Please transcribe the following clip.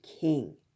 king